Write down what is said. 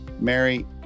Mary